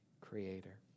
creator